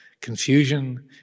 confusion